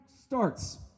starts